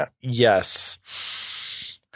yes